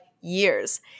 years